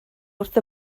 wrth